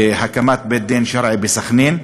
בית-דין שרעי בסח'נין.